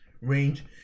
range